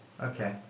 Okay